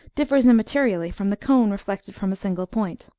differs immaterially from the cone reflected from a single point.